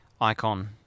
icon